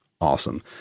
Awesome